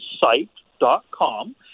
site.com